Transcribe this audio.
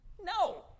No